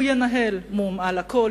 והוא ינהל משא- ומתן על הכול,